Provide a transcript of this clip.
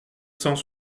cent